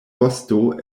vosto